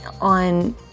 on